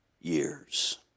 years